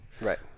Right